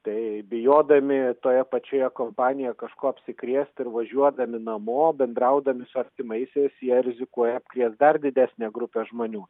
tai bijodami toje pačioje kompanijoje kažkuo apsikrėst ir važiuodami namo bendraudami su artimaisiais jie rizikuoja apkrėst dar didesnę grupę žmonių